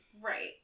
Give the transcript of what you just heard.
Right